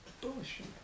Bullshit